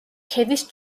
ქედის